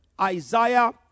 Isaiah